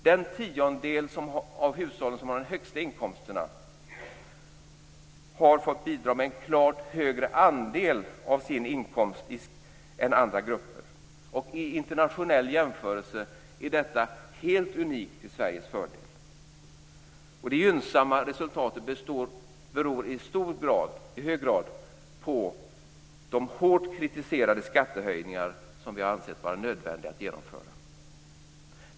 Den tiondel av hushållen som har de högsta inkomsterna har fått bidra med en klart högre andel av sin inkomst än andra grupper. I internationell jämförelse är detta helt unikt till Sveriges fördel. Det gynnsamma resultatet beror i hög grad på de hårt kritiserade skattehöjningar som vi ansett vara nödvändiga att genomföra.